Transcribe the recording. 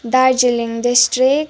Darjeeling district